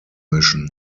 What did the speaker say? mission